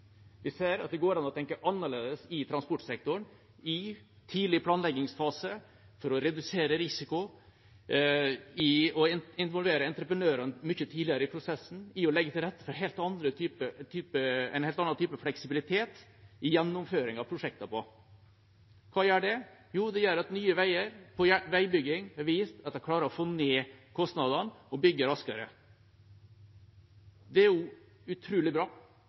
Vi ser at det går an å tenke annerledes i transportsektoren i tidlig planleggingsfase for å redusere risiko og involvere entreprenørene mye tidligere i prosessen i å legge til rette for en helt annen type fleksibilitet i gjennomføringen av prosjektene. Nye Veier har vist i veibygging at de klarer å få ned kostnadene og bygge raskere. Det er utrolig bra.